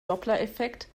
dopplereffekt